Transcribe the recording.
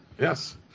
Yes